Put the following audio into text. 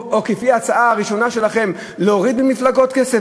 או כפי ההצעה הראשונה שלכם, להוריד ממפלגות כסף?